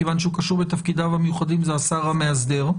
מכיוון שהוא קשור לתפקידיו המיוחדים זה השר המאסדר.